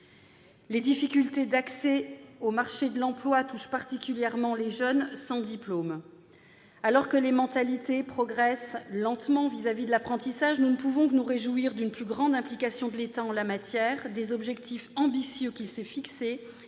Les difficultés d'accès au marché de l'emploi touchent particulièrement les jeunes sans diplôme. Alors que les mentalités progressent lentement vis-à-vis de l'apprentissage, nous ne pouvons que nous réjouir d'une plus grande implication de l'État en la matière, des objectifs ambitieux qu'il s'est fixés